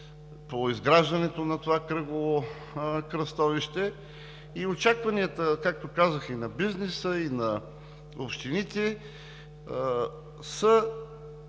по изграждането на това кръгово кръстовище и очакванията, както казах, и на бизнеса, и на общините са